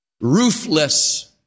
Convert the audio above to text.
roofless